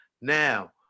Now